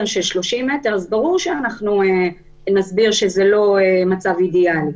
של 30 מ"ר אז ברור שזה לא מצב אידיאלי.